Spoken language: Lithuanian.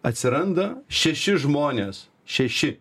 atsiranda šeši žmonės šeši